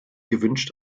gewünscht